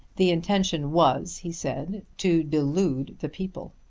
the intention was, he said, to delude the people.